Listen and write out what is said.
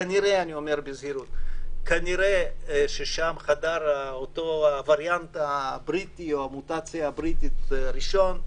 כנראה ששם חדר אותו וריאנט בריטי בפעם הראשונה.